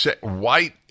White